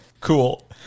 Cool